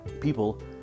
people